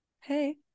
Hey